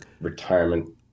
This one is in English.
retirement